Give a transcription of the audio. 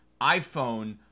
iPhone